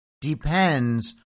depends